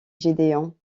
gédéon